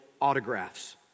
autographs